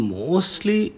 mostly